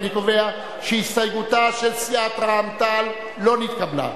אני קובע שהסתייגותה של סיעת רע"ם-תע"ל לא נתקבלה.